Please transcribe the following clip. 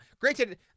granted